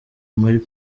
muri